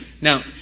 Now